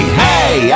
hey